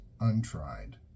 untried